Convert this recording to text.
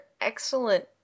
excellent